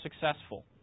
successful